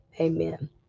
Amen